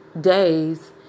days